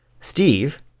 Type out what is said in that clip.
Steve